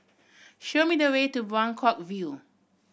show me the way to Buangkok View